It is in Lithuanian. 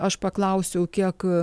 aš paklausiau kiek